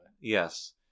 Yes